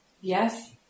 Yes